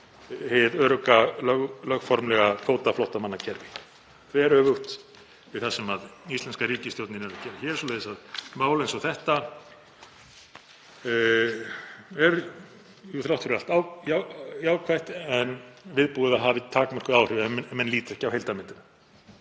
hið örugga lögformlega kvótaflóttamannakerfi, þveröfugt við það sem íslenska ríkisstjórnin er að gera hér. Svoleiðis að mál eins og þetta er jú þrátt fyrir allt jákvætt en viðbúið að það hafi takmörkuð áhrif ef menn líta ekki á heildarmyndina.